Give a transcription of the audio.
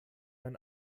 ein